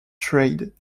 trade